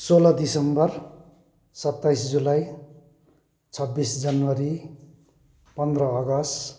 सोह्र दिसम्बर सत्ताइस जुलाई छब्बिस जनवरी पन्ध्र अगस्त